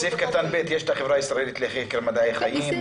בסעיף קטן (ב) יש את החברה הישראלית לחקר מדעי החיים,